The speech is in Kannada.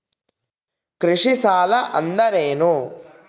ಕೃಷಿ ಸಾಲ ಅಂದರೇನು?